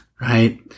Right